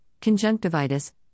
conjunctivitis